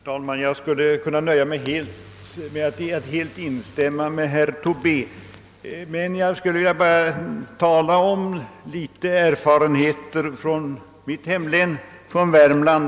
Herr talman! Jag skulle kunna nöja mig med att helt instämma med herr Tobé, men jag skulle vilja beröra några erfarenheter från mitt eget hemlän Värmland.